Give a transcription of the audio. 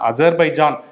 Azerbaijan